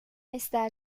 está